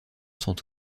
sont